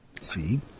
See